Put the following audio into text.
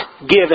given